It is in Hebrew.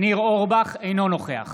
אינו נוכח